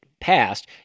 passed